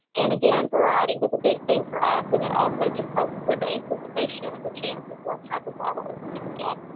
and again, variety was a big thing for us and it also just helps with anticipation of the chance of what type of bottle are you gonna get?